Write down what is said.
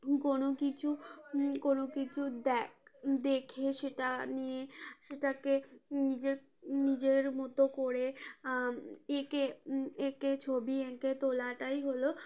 কোনো কিছু কোনো কিছু দেখ দেখে সেটা নিয়ে সেটাকে নিজের নিজের মতো করে এঁকে এঁকে ছবি এঁকে তোলাটাই হলো